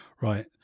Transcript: Right